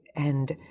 and,